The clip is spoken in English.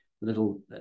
little